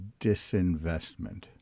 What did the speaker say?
disinvestment